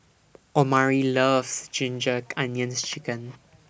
Omari loves Ginger Onions Chicken